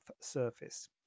surface